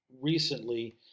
recently